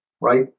right